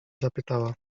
zapytała